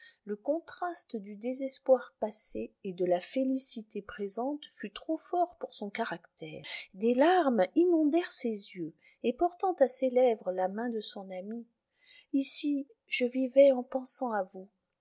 le contraste du désespoir passé et de la félicité présente fut trop fort pour son caractère des larmes inondèrent ses yeux et portant à ses lèvres la main de son amie ici je vivais en pensant à vous